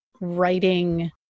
writing